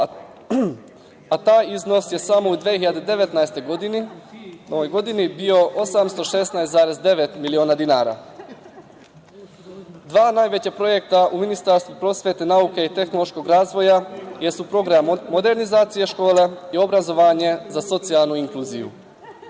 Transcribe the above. a taj iznos je samo u 2019. godini bio 816,9 miliona dinara. Dva najveća projekta u Ministarstvu prosvete, nauke i tehnološkog razvoja jesu program modernizacije škola i obrazovanje za socijalnu inkluziju.